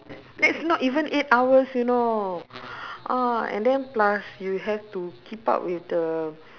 that's not even eight hours you know ah and then plus you have to keep up with the